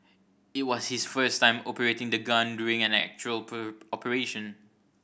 it was his first time operating the gun during an actual operation